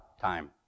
time